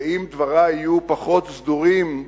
ואם דברי יהיו פחות סדורים,